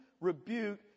rebuke